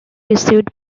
received